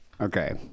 Okay